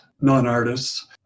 non-artists